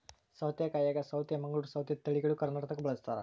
ಸೌತೆಕಾಯಾಗ ಸೌತೆ ಮಂಗಳೂರ್ ಸೌತೆ ತಳಿಗಳು ಕರ್ನಾಟಕದಾಗ ಬಳಸ್ತಾರ